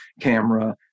camera